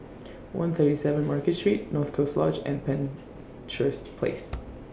one thirty seven Market Street North Coast Lodge and Penshurst Place